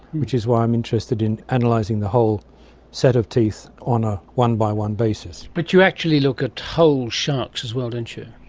which is why i'm interested in analysing the whole set of teeth on a one-by-one basis. but you actually look at whole sharks as well, don't you.